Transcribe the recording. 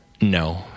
No